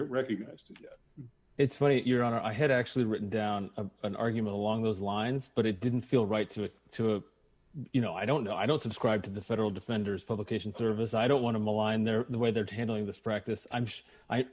recognized it's funny your honor i had actually written down an argument along those lines but it didn't feel right to to you know i don't know i don't subscribe to the federal defender's publication service i don't want to malign there the way they're handling this practice i'm